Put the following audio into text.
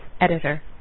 Editor